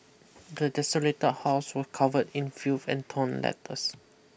the desolated house was covered in filth and torn letters